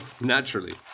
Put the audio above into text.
Naturally